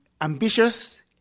ambitious